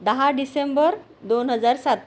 दहा डिसेंबर दोन हजार सात